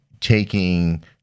taking